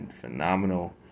phenomenal